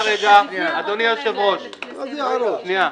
אדוני היושב-ראש, שנייה.